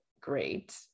great